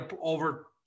over